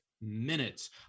minutes